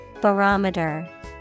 Barometer